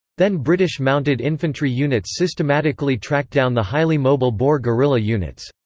then british mounted infantry units systematically tracked down the highly mobile boer guerrilla units.